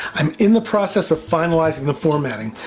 i'm in the process of finalizing the formatting.